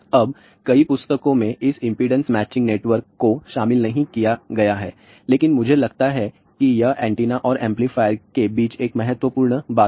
अब कई पुस्तकों में इस इंपेडेंस मैचिंग नेटवर्क को शामिल नहीं किया गया है लेकिन मुझे लगता है कि यह एंटेना और एम्पलीफायर के बीच एक बहुत महत्वपूर्ण बात है